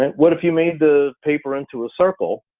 and what if you made the paper into a circle,